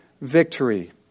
victory